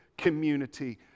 community